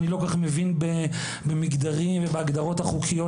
אני לא כל כך מבין במגדרים ובהגדרות החוקיות,